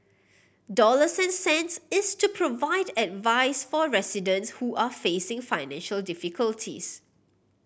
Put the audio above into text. dollars and cents is to provide advice for residents who are facing financial difficulties